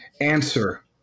answer